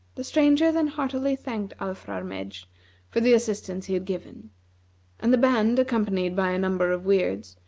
the stranger then heartily thanked alfrarmedj for the assistance he had given and the band, accompanied by a number of weirds,